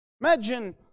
Imagine